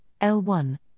L1